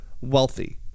wealthy